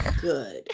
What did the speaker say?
Good